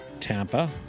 Tampa